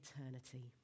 eternity